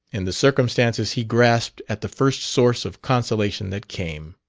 in the circumstances he grasped at the first source of consolation that came.